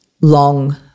long